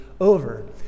over